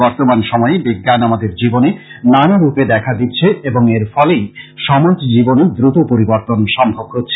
বর্তমান সময়ে বিজ্ঞান আমাদের জীবনে নানা রূপে দেখা দিচ্ছে এবং এর ফলেই সমাজ জীবনে দ্রুত পরিবর্তন সম্ভব হচ্ছে